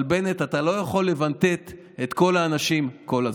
אבל בנט, אתה לא יכול לבנטט את כל האנשים כל הזמן.